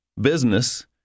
business